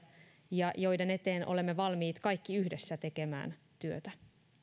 ja joiden eteen olemme valmiit kaikki yhdessä tekemään työtä